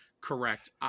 Correct